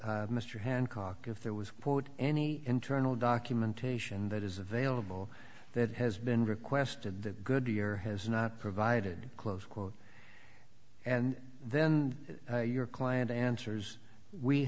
your mr hancock if there was any internal documentation that is available that has been requested that goodyear has not provided close quote and then your client answers we